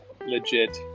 legit